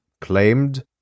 claimed